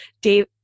Dave